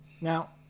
Now